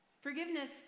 Forgiveness